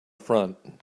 front